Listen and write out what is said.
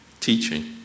Teaching